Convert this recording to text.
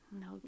No